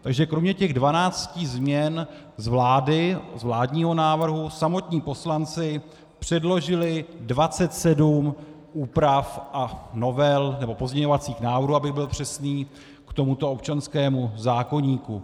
Takže kromě těch 12 změn z vládního návrhu samotní poslanci předložili 27 úprav a novel, nebo pozměňovacích návrhů, abych byl přesný, k tomuto občanskému zákoníku.